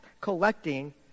collecting